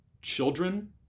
children